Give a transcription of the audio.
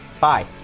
Bye